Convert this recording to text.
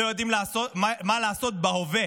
לא יודעים לעשות מה לעשות בהווה.